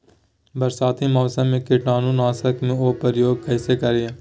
बरसाती मौसम में कीटाणु नाशक ओं का प्रयोग कैसे करिये?